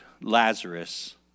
Lazarus